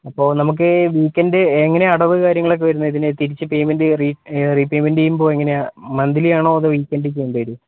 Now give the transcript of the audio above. അപ്പോൾ നമുക്ക് വീക്കെൻഡ് എങ്ങനെയാണ് അടവ് കാര്യങ്ങളൊക്കെ വരുന്നത് ഇതിന് തിരിച്ച് പേയ്മെന്റ് റീപേയ്മെന്റ് ചെയ്യുമ്പോൾ എങ്ങനെയാണ് മന്ത്ലി ആണോ അതോ വീക്കെൻഡ് ചെയ്യണ്ടിവരുമോ